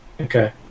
Okay